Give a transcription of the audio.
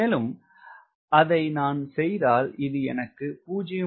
மேலும் அதை நான் செய்தால் இது எனக்கு 0